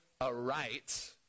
aright